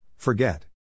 Forget